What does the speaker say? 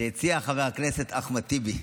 שהציע חבר הכנסת אחמד טיבי.